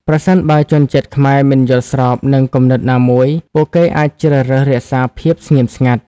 ប្រសិនបើជនជាតិខ្មែរមិនយល់ស្របនឹងគំនិតណាមួយ ពួកគេអាចជ្រើសរើសរក្សាភាពស្ងៀមស្ងាត់។